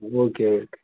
okay okay